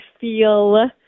feel